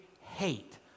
hate